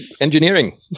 Engineering